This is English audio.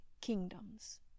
kingdoms